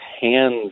hands